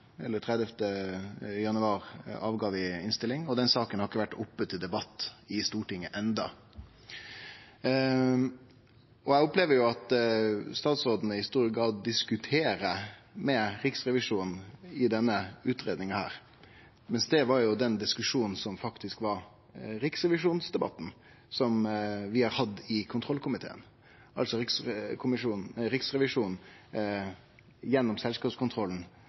januar gjorde vi det, og den saka har ikkje vore oppe til debatt i Stortinget enno. Eg opplever at statsråden i stor grad diskuterer med Riksrevisjonen i denne utgreiinga, mens det er den diskusjonen, Riksrevisjons-debatten, som vi har hatt i kontrollkomiteen, altså at Riksrevisjonen gjennom selskapskontrollen